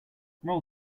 roll